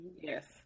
Yes